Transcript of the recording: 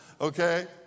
Okay